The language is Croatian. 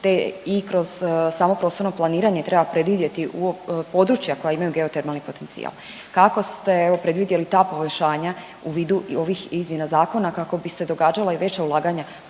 te i kroz samo prostorno planiranje treba predvidjeti područja koja imaju geotermalni potencijal. Kako ste evo predvidjeli ta poboljšanja u vidu i ovih izmjena zakona kako bi se događala i veća ulaganja